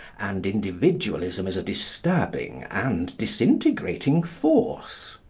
and individualism is a disturbing and disintegrating force.